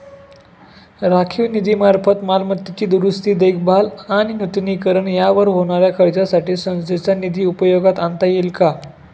राखीव निधीमार्फत मालमत्तेची दुरुस्ती, देखभाल आणि नूतनीकरण यावर होणाऱ्या खर्चासाठी संस्थेचा निधी उपयोगात आणता येईल का?